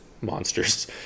monsters